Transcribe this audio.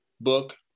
book